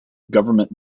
government